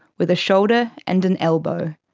with a shoulder and an elbow.